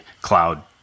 cloud